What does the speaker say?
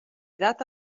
data